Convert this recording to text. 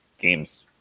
games